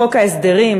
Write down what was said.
בחוק ההסדרים,